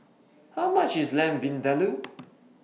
How much IS Lamb Vindaloo